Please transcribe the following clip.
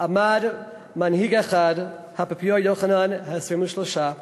עמד מנהיג אחד, האפיפיור יוחנן ה-23,